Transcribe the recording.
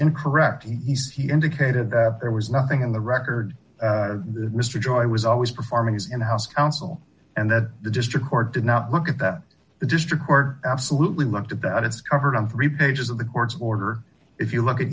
incorrect he says he indicated that there was nothing in the record mr joy was always performing his in house counsel and that the district court did not look at that the district court absolutely looked at that it's covered on three pages of the court's order if you look at